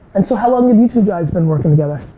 and so how long have you two guys been working together?